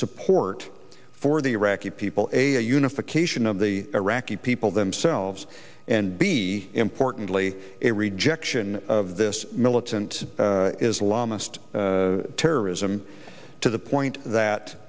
support for the iraqi people a unification of the iraqi people themselves and be importantly a rejection of this militant islamised terrorism to the point